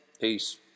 Peace